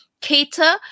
cater